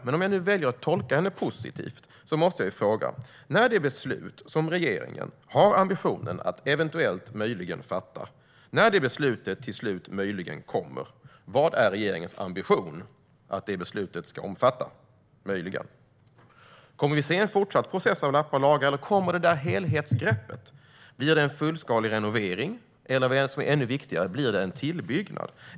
Men om jag nu väljer att tolka henne positivt måste jag fråga: När det beslut som regeringen har ambitionen att eventuellt - möjligen - fatta till slut - möjligen - kommer, vad är då regeringens ambition att detta - möjligen - ska omfatta? Kommer vi att se en fortsatt process av lappa och laga, eller kommer det där helhetsgreppet? Blir det en fullskalig renovering, eller - ännu viktigare - blir det en tillbyggnad?